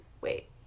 Wait